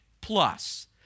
plus